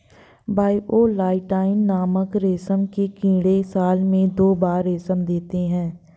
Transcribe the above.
bivoltine नामक रेशम के कीड़े साल में दो बार रेशम देते है